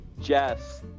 jess